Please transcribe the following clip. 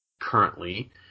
currently